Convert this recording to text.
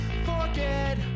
Forget